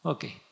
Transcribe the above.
Okay